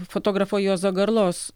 fotografo juozo garlos